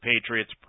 Patriots